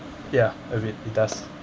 ya a bit it does